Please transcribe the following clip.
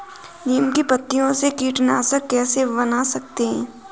नीम की पत्तियों से कीटनाशक कैसे बना सकते हैं?